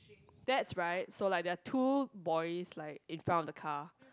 that's right so like there are two boys like in front of the car